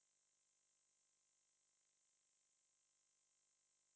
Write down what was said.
我不知道 leh no leh